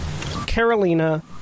Carolina